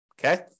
Okay